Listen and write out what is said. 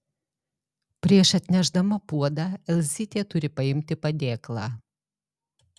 prieš atnešdama puodą elzytė turi paimti padėklą